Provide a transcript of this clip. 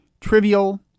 trivial